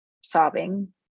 sobbing